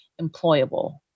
employable